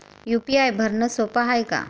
UPI भरनं सोप हाय का?